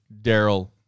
Daryl